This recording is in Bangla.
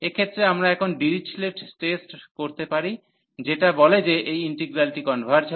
এক্ষেত্রে আমরা এখন ডিরিচলেট টেস্ট করতে পারি যেটা বলে যে এই ইন্টিগ্রালটি কনভার্জ হয়